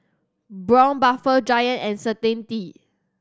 Braun Buffel Giant and Certainty